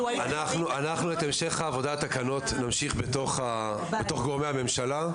את המשך העבודה על התקנות נמשיך בתוך גורמי הממשלה,